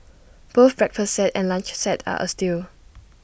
both breakfast set and lunch set are A steal